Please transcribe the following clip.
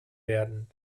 werden